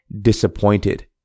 disappointed